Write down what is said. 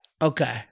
Okay